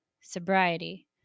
sobriety